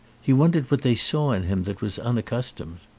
he wondered what they saw in him that was unaccustomed.